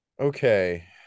Okay